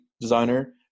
designer